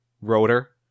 Rotor